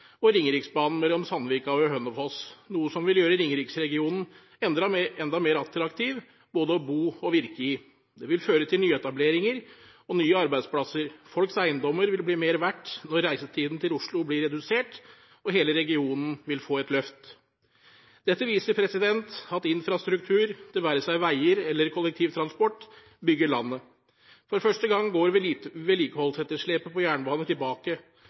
og Ringeriksbanen mellom Sandvika og Hønefoss, noe som vil gjøre ringeriksregionen enda mer attraktiv både å bo i og å virke i. Det vil føre til nyetableringer og nye arbeidsplasser, folks eiendommer vil bli mer verdt når reisetiden til Oslo blir redusert, og hele regionen vil få et løft. Dette viser at infrastruktur, det være seg veier eller kollektivtransport, bygger landet. For første gang går vedlikeholdsetterslepet på jernbane tilbake,